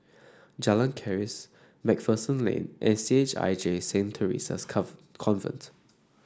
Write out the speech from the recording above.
Jalan Keris MacPherson Lane and C H I J Saint Theresa's Convent